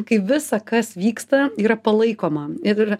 kai visa kas vyksta yra palaikoma ir